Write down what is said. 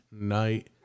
Night